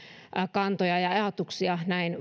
kantoja ja ajatuksia näin